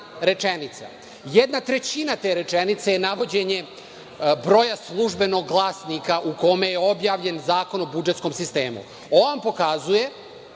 rečenica. Jedna trećina te rečenice je navođenje broja Službenog glasnika u kome je objavljen Zakon o budžetskom sistemu. Ovo vam pokazuje